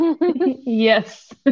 yes